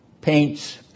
paints